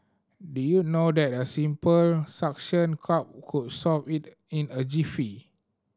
did you know that a simple suction cup could solve it in a jiffy